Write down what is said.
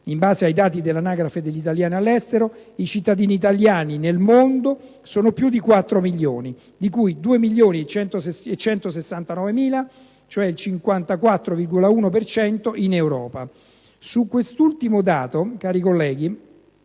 In base ai dati dell'Anagrafe degli italiani all'estero, i cittadini italiani nel mondo sono più di 4 milioni, di cui 2.169.000 (il 54,1 per cento) in Europa. Su quest'ultimo dato, cari colleghi,